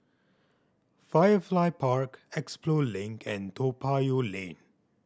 Firefly Park Expo Link and Toa Payoh Lane